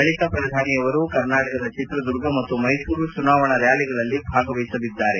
ಬಳಿಕ ಪ್ರಧಾನಿ ಅವರು ಕರ್ನಾಟಕದ ಚಿತ್ರದುರ್ಗ ಮತ್ತು ಮೈಸೂರು ಚುನಾವಣಾ ರ್ನಾಲಿಗಳಲ್ಲಿ ಭಾಗವಹಿಸಲಿದ್ದಾರೆ